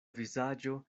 vizaĝo